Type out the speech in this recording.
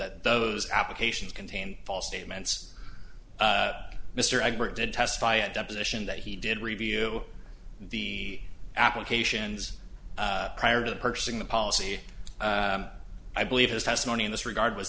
that those applications contain false statements mr ebert did testify at deposition that he did review the applications prior to purchasing the policy i believe his testimony in this regard was